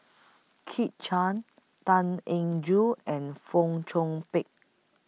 Kit Chan Tan Eng Joo and Fong Chong Pik